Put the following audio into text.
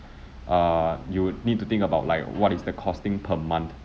err you would need to think about like what is the costing per month